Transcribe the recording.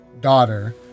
daughter